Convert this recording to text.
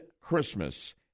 Christmas